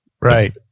Right